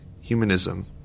humanism